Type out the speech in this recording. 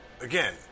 again